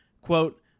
quote